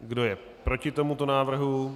Kdo je proti tomuto návrhu?